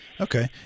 okay